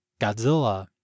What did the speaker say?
godzilla